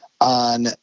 on